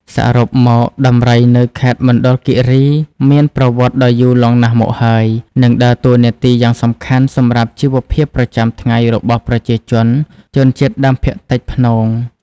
សរុបមក ដំរីនៅខេត្តមណ្ឌលគិរីមានប្រវត្តិដ៏យូរលង់ណាស់មកហើយ និងដើរតួនាទីយ៉ាងសំខាន់សម្រាប់ជីវភាពប្រចាំថ្ងៃរបស់ប្រជាជនជនជាតិដើមភាគតិតភ្នង។